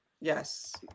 Yes